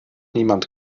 niemand